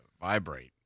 vibrate